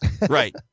Right